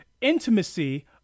intimacy